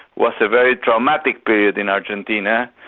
was a very traumatic period in argentina.